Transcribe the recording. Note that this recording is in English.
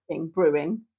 brewing